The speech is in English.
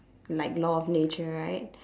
like law of nature right